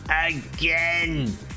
Again